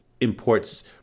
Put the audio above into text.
imports